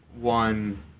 one